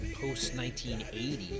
post-1980